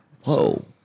whoa